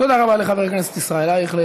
תודה רבה לחבר הכנסת ישראל אייכלר.